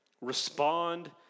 Respond